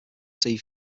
sea